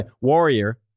Warrior